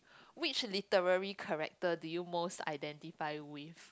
which literally character do you most identify with